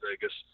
Vegas